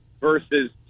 versus